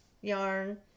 yarn